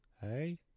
hey